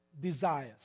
desires